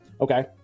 okay